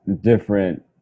different